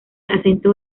acento